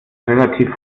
relativ